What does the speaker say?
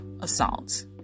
assault